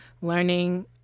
learning